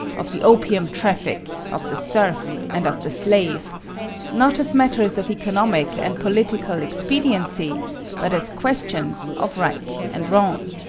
of the opium traffic, of the serf, and of the slave not as matters of economic and political expediency but as questions of right and wrong.